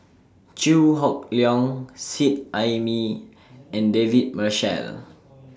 Chew Hock Leong Seet Ai Mee and David Marshall